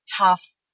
tough